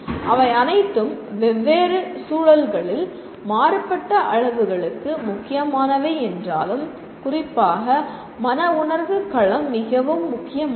அவை அனைத்தும் வெவ்வேறு சூழ்நிலைகளில் மாறுபட்ட அளவுகளுக்கு முக்கியமானவை என்றாலும் குறிப்பாக மன உணர்வு களம் மிகவும் முக்கியமானது